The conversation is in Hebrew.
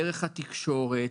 דרך התקשורת,